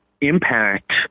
impact